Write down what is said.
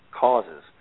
causes